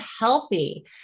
healthy